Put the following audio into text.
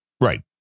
Right